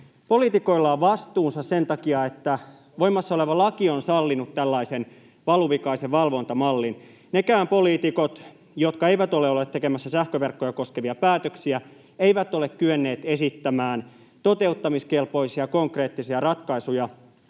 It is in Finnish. Poliitikoilla on vastuunsa sen takia, että voimassa oleva laki on sallinut tällaisen valuvikaisen valvontamallin. Nekään poliitikot, jotka eivät ole olleet tekemässä sähköverkkoja koskevia päätöksiä, eivät ole kyenneet esittämään toteuttamiskelpoisia konkreettisia ratkaisuja